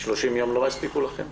30 יום לא יספיקו לכם?